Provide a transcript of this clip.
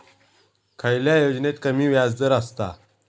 खयल्या योजनेत कमी व्याजदर असता?